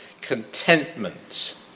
Contentment